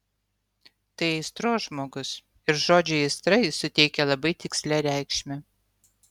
tai aistros žmogus ir žodžiui aistra jis suteikia labai tikslią reikšmę